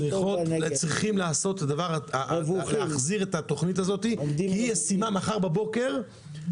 צריכים להחזיר את התכנית הזאת כי היא ישימה למחר בבוקר,